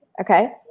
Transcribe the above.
Okay